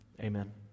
Amen